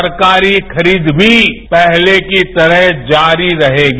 सरकारी खरीद भी पहले की तरह जारी रहेगी